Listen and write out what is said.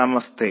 നമസ്തേ